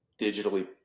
digitally